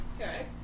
Okay